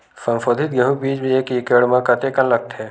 संसोधित गेहूं बीज एक एकड़ म कतेकन लगथे?